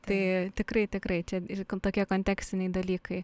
tai tikrai tikrai čia ir kon tokie kontekstiniai dalykai